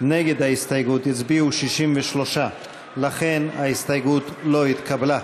נגד ההסתייגות הצביעו 63. לכן ההסתייגות לא התקבלה.